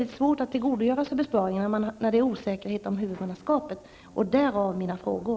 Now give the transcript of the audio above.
Det är svårt att tillgodogöra sig några besparingar när det råder osäkerhet om huvudmannaskapet, därav mina frågor.